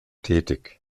tätig